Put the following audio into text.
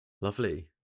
Lovely